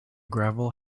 gravel